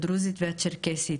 הדרוזית והצ'רקסית